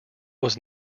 was